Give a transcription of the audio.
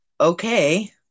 okay